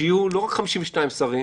שיהיו לא רק 52 שרים,